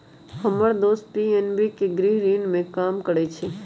हम्मर दोस पी.एन.बी के गृह ऋण में काम करइ छई